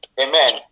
Amen